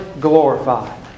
glorified